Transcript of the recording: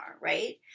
right